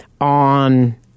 on